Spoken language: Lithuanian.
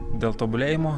dėl tobulėjimo